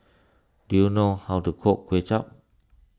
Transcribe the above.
do you know how to cook Kuay Chap